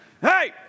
hey